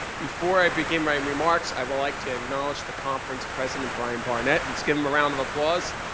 before i begin my remarks, i would like to acknowledge the conference president, bryan barnett. let's give him a round of applause.